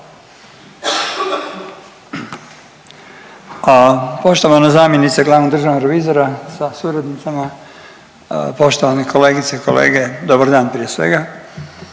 Poštovana zamjenice glavnog državnog revizora sa suradnicama, poštovane kolegice i kolege dobar dan prije svega